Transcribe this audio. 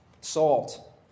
salt